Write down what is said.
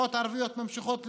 משפחות ערביות ממשיכות לסבול.